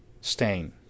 Stain